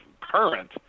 current